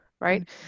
right